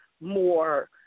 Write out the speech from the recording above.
more